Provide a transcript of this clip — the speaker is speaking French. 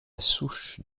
souche